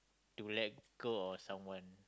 to let go of someone